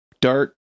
dart